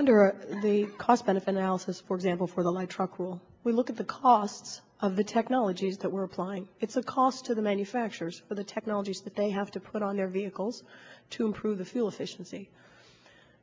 under the cost benefit analysis for example for the light truck will we look at the cost of the technologies that we're applying it's a cost to the manufacturers for the technologies that they have to put on their vehicles to improve the fuel efficiency